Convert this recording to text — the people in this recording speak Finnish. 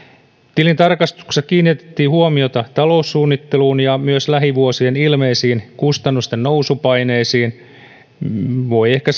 tilintarkastuksessa kiinnitettiin huomiota taloussuunnitteluun ja myös lähivuosien ilmeisiin kustannusten nousupaineisiin voi ehkä